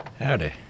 Howdy